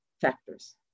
factors